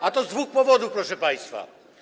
A to z dwóch powodów, proszę państwa.